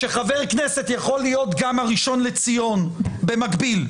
שחבר כנסת יכול להיות גם הראשון לציון במקביל.